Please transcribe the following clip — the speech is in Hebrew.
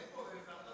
איפה?